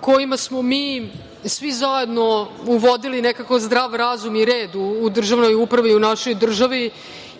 kojima smo mi svi zajedno uvodili nekako zdrav razum i red u državnoj upravi i u našoj državi,